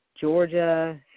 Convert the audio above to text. Georgia